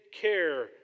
care